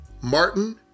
Martin